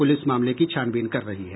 police मामले की छानबीन कर रही है